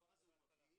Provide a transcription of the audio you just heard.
המספר הזה הוא מבהיל.